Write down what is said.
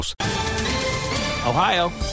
Ohio